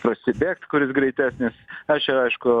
prasibėgt kuris greitesnis aš čia aišku